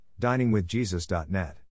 DiningWithJesus.net